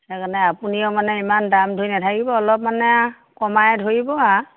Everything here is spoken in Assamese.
সেইকাৰণে আপুনিও মানে ইমান দাম ধৰি নাথাকিব অলপ মানে কমাই ধৰিব আৰু